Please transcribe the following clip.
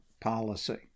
policy